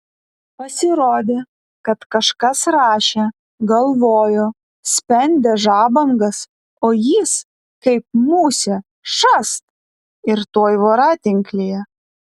pasirodė kad kažkas rašė galvojo spendė žabangas o jis kaip musė šast ir tuoj voratinklyje